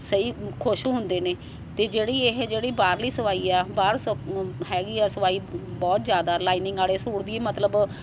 ਸਹੀ ਖੁਸ਼ ਹੁੰਦੇ ਨੇ ਅਤੇ ਜਿਹੜੀ ਇਹ ਜਿਹੜੀ ਬਾਹਰਲੀ ਸਵਾਈ ਆ ਬਾਹਰ ਸ ਹੈਗੀ ਆ ਸਵਾਈ ਬਹੁਤ ਜ਼ਿਆਦਾ ਲਾਈਨਿੰਗ ਵਾਲੇ ਸੂਟ ਦੀ ਮਤਲਬ